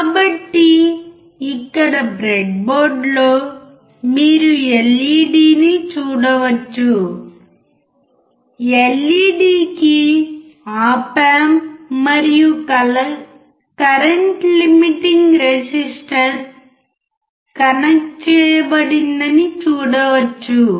కాబట్టి ఇక్కడ బ్రెడ్బోర్డులో మీరు ఎల్ఈడీ ని చూడవచ్చు ఎల్ఈడీకి ఆప్ ఆంప్ మరియు కరెంట్ లిమిటింగ్ రెసిస్టర్ కనెక్ట్ చేయబడిందని చూడవచ్చు